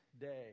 day